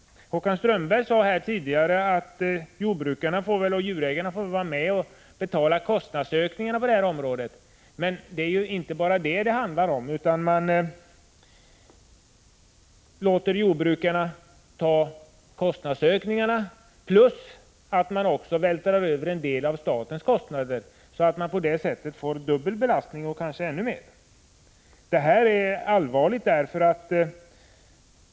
Håkan Strömberg sade här tidigare att jordbrukarna och djurägarna får vara med och betala kostnadsökningarna på det här området. Men det är inte bara detta det handlar om. Man låter jordbrukarna ta kostnadsökningarna, och därtill vältrar man över en del av statens kostnader, så att jordbrukarna därigenom får dubbel belastning — ja, kanske ännu mer. Detta är allvarligt.